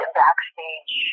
backstage